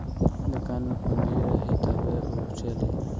दुकान में पूंजी रही तबे उ चली